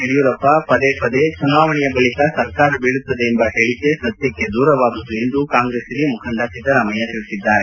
ಯಡಿಯೂರಪ್ಪ ಪದೇ ಪದೇ ಚುನಾವಣೆಯ ಬಳಿಕ ಸರ್ಕಾರ ಬೀಳುತ್ತದೆ ಎಂಬ ಹೇಳಿಕೆ ಸತ್ಯಕ್ಕೆ ದೂರವಾದುದು ಎಂದು ಕಾಂಗ್ರೆಸ್ ಹಿರಿಯ ಮುಖಂಡ ಸಿದ್ದರಾಮಯ್ಯ ಹೇಳಿದ್ದಾರೆ